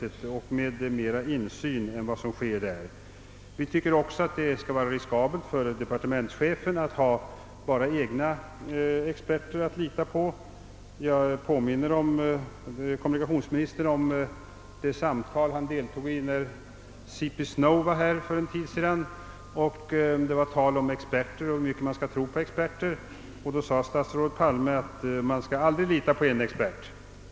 Det kan då också bli mera insyn än i ett departement. Vi tycker också att det kan vara riskabelt för departementschefen att bara ha egna experter att lita på. Jag påminner kommunikationsministern om det samtal han deltog i när C. P. Snow var här för en tid sedan, då det var tal om experter och om hur mycket man skulle tro på dem. Då sade statsrådet Palme: Man skall aldrig lita på en expert.